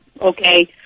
okay